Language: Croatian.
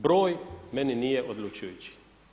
Broj meni nije odlučujući.